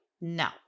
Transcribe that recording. No